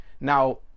Now